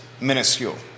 minuscule